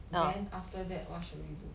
then after that what should we do